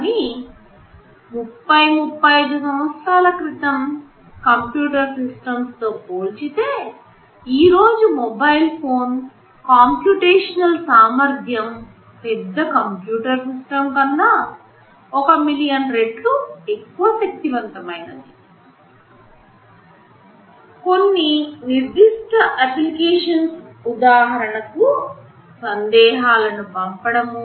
కానీ30 35 సంవత్సరాల క్రితం computer systems తో పోల్చితే ఈరోజు మొబైల్ ఫోన్ కంప్యుటేషనల్ సామర్ధ్యం పెద్ద కంప్యూటర్ సిస్టమ్స్కన్నా ఒక మిలియన్ రెట్లు ఎక్కువ శక్తివంతమైనది కొన్ని నిర్దిష్ట ఎప్లికేషన్స్ ఉదాహరణకు సందేశాలను పంపడము